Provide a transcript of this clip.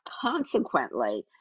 Consequently